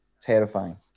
Terrifying